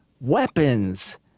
weapons